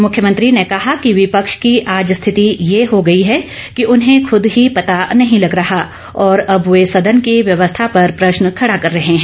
मुख्यमंत्री ने कहा कि विपक्ष की आज स्थिति यह हो गई कि उन्हें खूद ही पता नहीं लग रहा और अब वे सदन की व्यवस्था पर प्रश्न खड़ा कर रहे हैं